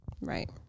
Right